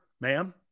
ma'am